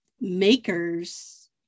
makers